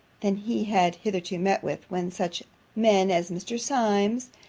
than he had hitherto met with, when such men as mr. symmes,